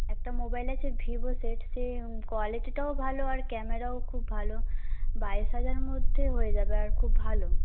একটা মোবাইল আছে Vivo set সে কোয়ালিটিটাও ভালো আর ক্যামেরাও খুব ভালো বাইশ হাজারের মধ্যে হয়ে যাবে আর খুব ভালো